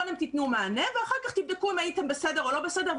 קודם תתנו מענה ואחר כך תבדקו אם הייתם בסדר או לא בסדר,